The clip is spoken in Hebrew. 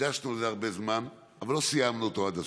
הקדשנו לזה הרבה זמן, אבל לא סיימנו אותו עד הסוף.